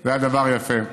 זה היה דבר יפה.